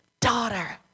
Daughter